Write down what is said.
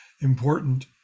important